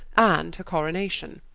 and her coronation.